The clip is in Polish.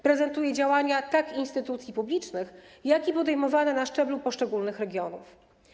Prezentuje działania tak instytucji publicznych, jak i podejmowane na szczeblu poszczególnych regionów.